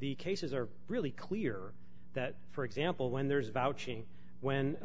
the cases are really clear that for example when there's vouching when